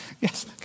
Yes